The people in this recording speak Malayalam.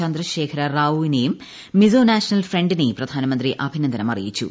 ചന്ദ്രശേഖര റാവുവിനെയും മിസോം നാഷണൽ ഫ്രണ്ടിനെയും പ്രധാനമന്ത്രി അഭിനന്ദനം അറിയിച്ചു